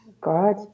God